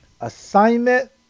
assignment